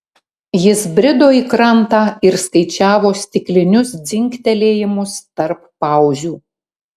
jis brido į krantą ir skaičiavo stiklinius dzingtelėjimus tarp pauzių